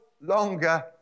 longer